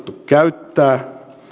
käyttää